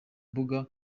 mbuga